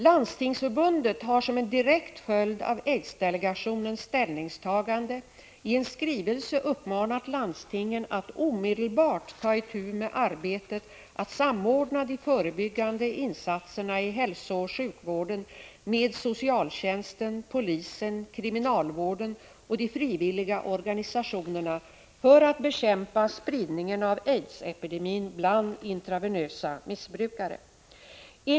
Landstingsförbundet har som en direkt följd av aidsdelegationens ställningstaganden i en skrivelse uppmanat landstingen att omedelbart ta itu med arbetet att samordna de förebyggande insatserna i hälsooch sjukvården med socialtjänsten, polisen, kriminalvården och de frivilliga organisationerna för att bekämpa spridningen av aidsepidemin bland dem som intravenöst missbrukar centralstimulerande medel.